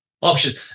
options